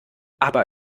aber